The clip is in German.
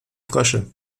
frösche